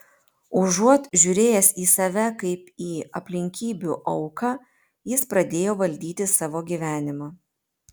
užuot žiūrėjęs į save kaip į aplinkybių auką jis pradėjo valdyti savo gyvenimą